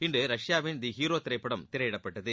இன்று ரஷ்யாவின் the hero திரைப்படம் திரையிடப்பட்டது